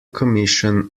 commission